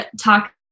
talk